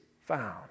found